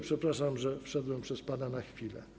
Przepraszam, że wszedłem przed pana na chwilę.